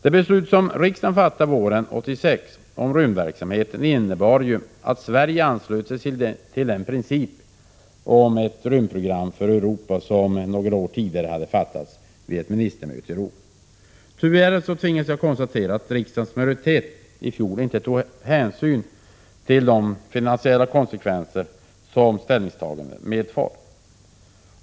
Det beslut som riksdagen fattade våren 1986 om rymdverksamheten innebar att Sverige anslöt sig till det principbeslut om ett rymdprogram för Europa som fattats några år tidigare vid ett ministermöte i Rom. Tyvärr tvingas jag konstatera att riksdagens majoritet i fjol inte tog de finansiella konsekvenserna av sitt ställningstagande.